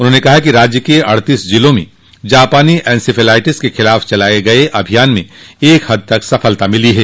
उन्होंने कहा कि राज्य के अड़तीस जिलों में जापानी इंसेफलाइटिस जेई के खिलाफ चलाये गये अभियान में एक हद तक सफलता मिली है